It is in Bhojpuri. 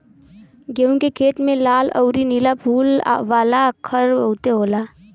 गेंहू के खेत में लाल अउरी नीला फूल वाला खर बहुते होत बाटे